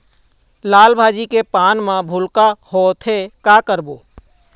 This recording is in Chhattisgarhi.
लाल भाजी के पान म भूलका होवथे, का करों?